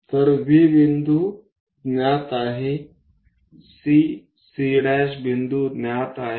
तर V बिंदू ज्ञात आहे CC' बिंदू ज्ञात आहे